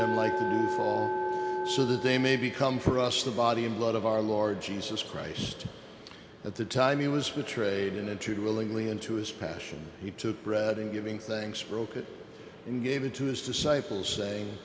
rights so that they may become for us the body and blood of our lord jesus christ at the time he was betrayed and entered willingly into his passion he took bread and giving thing spoken and gave it to his disciples saying